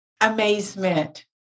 amazement